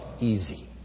easy